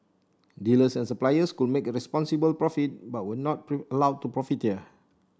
dealers and suppliers could make a reasonable profit but were not to allowed to profiteer